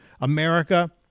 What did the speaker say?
America